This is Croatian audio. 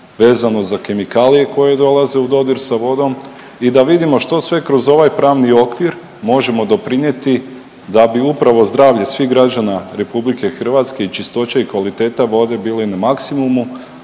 vezano za kemikalije koje dolaze u dodir sa vodom i da vidimo što sve kroz ovaj pravni okvir možemo doprinijeti da bi upravo zdravlje svih građana RH i čistoća i kvaliteta vode bili na maksimumu,